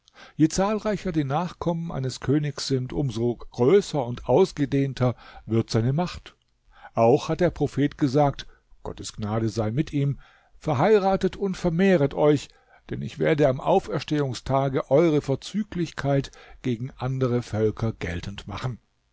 je zahlreicher die nachkommen eines königs sind um so größer und ausgedehnter wird seine macht auch hat der prophet gesagt gottes gnade sei mit ihm verheiratet und vermehret euch denn ich werde am auferstehungstage eure vorzüglichkeit gegen andere völker geltend machen